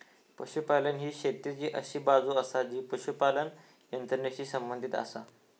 पशुपालन ही शेतीची अशी बाजू आसा जी पशुपालन यंत्रणेशी संबंधित आसा